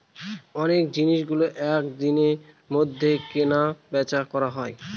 অনেক জিনিসগুলো এক দিনের মধ্যে কেনা বেচা করা হয়